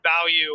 value